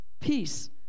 peace